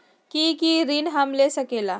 की की ऋण हम ले सकेला?